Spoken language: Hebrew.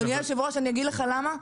אדוני היושב ראש, אני אגיד לך למה.